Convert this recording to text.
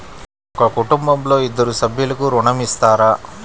ఒక కుటుంబంలో ఇద్దరు సభ్యులకు ఋణం ఇస్తారా?